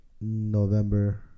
November